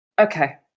Okay